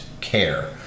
care